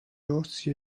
rossi